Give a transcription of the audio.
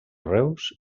reus